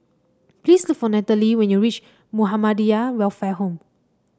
please look for Nataly when you reach Muhammadiyah Welfare Home